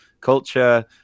culture